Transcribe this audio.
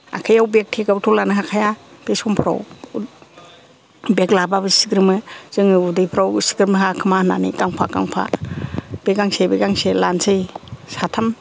आखाइयाव बेग थेगावथ' लानो हाखाया बे समफ्राव बेग लाबाबो सिग्रोमो जोङो उदैफ्राव सिगोमनो हायाखोमा होन्नानै गांफा गांफा बे गांसे बे गांसे लानोसै साथाम